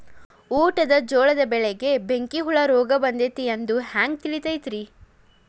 ಊಟದ ಜೋಳದ ಬೆಳೆಗೆ ಬೆಂಕಿ ಹುಳ ರೋಗ ಬಂದೈತಿ ಎಂದು ಹ್ಯಾಂಗ ತಿಳಿತೈತರೇ?